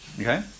Okay